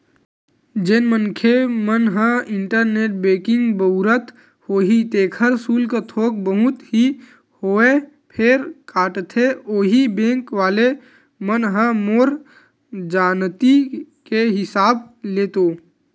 जेन मनखे मन ह इंटरनेट बेंकिग बउरत होही तेखर सुल्क थोक बहुत ही होवय फेर काटथे होही बेंक वले मन ह मोर जानती के हिसाब ले तो